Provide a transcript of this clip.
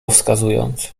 wskazując